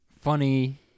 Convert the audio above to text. funny